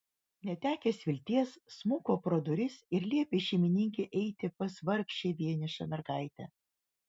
netekęs vilties smuko pro duris ir liepė šeimininkei eiti pas vargšę vienišą mergaitę